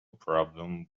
problem